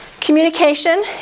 Communication